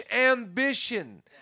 ambition